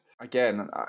again